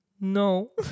no